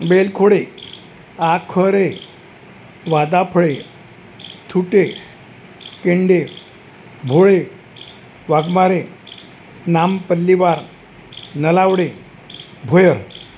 Belkhode Akhore Wadafale Thute Kende Bhole Waghmare Nampalliwar Nalawade Bhoyar